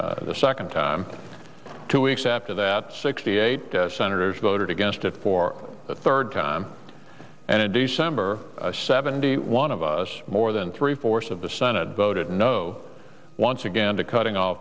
it the second time two weeks after that sixty eight senators voted against it for the third time and a day semper seventy one of us more than three fourths of the senate voted no once again to cutting